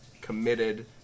committed